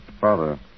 Father